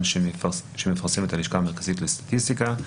שמפרסת השלכה המרכזית לסטטיסטיקה.